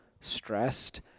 stressed